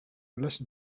listen